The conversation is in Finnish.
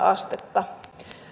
astetta